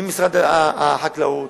ממשרד החקלאות,